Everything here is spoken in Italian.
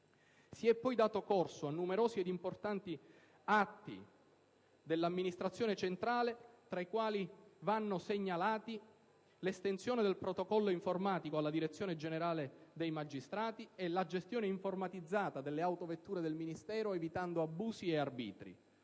Si è poi dato corso a numerosi ed importanti atti dell'Amministrazione centrale, tra i quali vanno segnalati l'estensione del protocollo informatico alla Direzione generale dei magistrati e la gestione informatizzata delle autovetture del Ministero, evitando abusi ed arbitri.